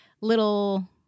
little